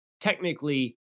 technically